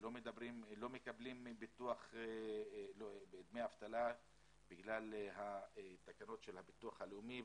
שלא מקבלים דמי אבטלה בגלל התקנות של הביטוח הלאומי,